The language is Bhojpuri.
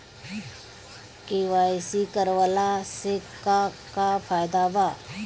के.वाइ.सी करवला से का का फायदा बा?